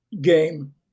game